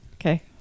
Okay